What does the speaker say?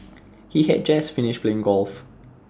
he had just finished playing golf